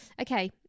Okay